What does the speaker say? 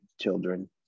children